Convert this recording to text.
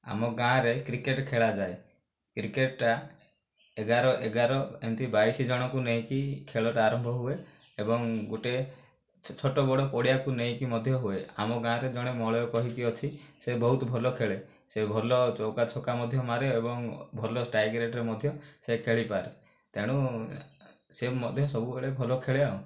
ଆମ ଗାଁରେ କ୍ରିକେଟ୍ ଖେଳାଯାଏ କ୍ରିକେଟ୍ଟା ଏଗାର ଏଗାର ଏମିତି ବାଇଶ ଜଣଙ୍କୁ ନେଇକି ଖେଳଟା ଆରମ୍ଭ ହୁଏ ଏବଂ ଗୋଟିଏ ଛୋଟ ବଡ଼ ପଡ଼ିଆକୁ ନେଇକି ମଧ୍ୟ ହୁଏ ଆମ ଗାଁରେ ଜଣେ ମଳୟ କହିକି ଅଛି ସେ ବହୁତ ଭଲ ଖେଳେ ସେ ଭଲ ଚଉକା ଛକା ମଧ୍ୟ ମାରେ ଏବଂ ଭଲ ଷ୍ଟ୍ରାଇକ୍ ରେଟ୍ରେ ମଧ୍ୟ ସେ ଖେଳିପାରେ ତେଣୁ ସେ ମଧ୍ୟ ସବୁବେଳେ ଭଲ ଖେଳେ ଆଉ